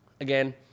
again